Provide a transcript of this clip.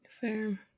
Fair